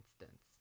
instance